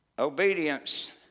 Obedience